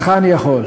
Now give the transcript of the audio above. לך אני יכול.